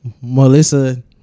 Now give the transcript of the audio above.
Melissa